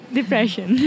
depression